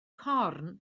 corn